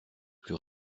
plus